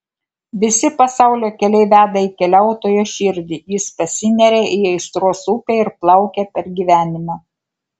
visi pasaulio keliai veda į keliautojo širdį jis pasineria į aistros upę ir plaukia per gyvenimą